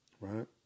Right